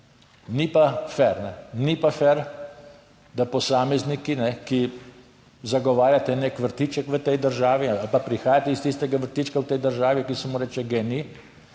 ni pa fer, da posamezniki, ki zagovarjate nek vrtiček v tej državi ali pa prihajate iz tistega vrtička v tej državi, ki se mu reče GEN-I,